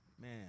man